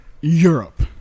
Europe